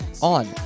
on